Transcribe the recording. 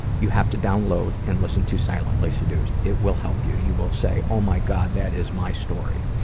you have to download and listen to silently seduced it will help you. you will say, oh my god, that is my story.